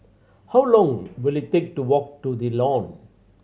how long will it take to walk to The Lawn